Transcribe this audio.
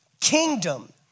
kingdom